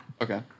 okay